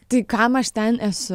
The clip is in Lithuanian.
tai kam aš ten esu